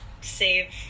save